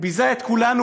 הוא ביזה את כולנו,